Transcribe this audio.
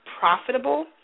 profitable